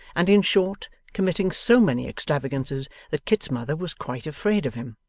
and in short committing so many extravagances that kit's mother was quite afraid of him.